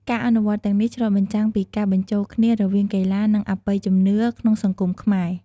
ការអនុវត្តន៍ទាំងនេះឆ្លុះបញ្ចាំងពីការបញ្ចូលគ្នារវាងកីឡា និងអបិយជំនឿក្នុងសង្គមខ្មែរ។